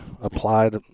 applied